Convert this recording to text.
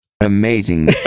Amazing